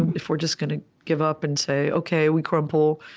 and if we're just going to give up and say, ok, we crumple.